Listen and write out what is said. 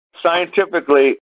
Scientifically